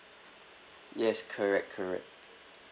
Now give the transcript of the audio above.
yes correct correct